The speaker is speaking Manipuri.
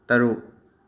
ꯇꯔꯨꯛ